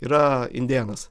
yra indėnas